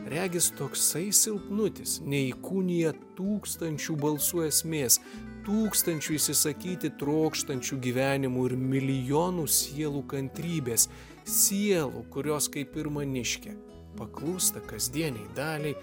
regis toksai silpnutis neįkūnija tūkstančių balsų esmės tūkstančių išsisakyti trokštančių gyvenimų ir milijonų sielų kantrybės sielų kurios kaip ir maniškė paklūsta kasdieniai daliai